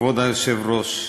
כבוד היושב-ראש,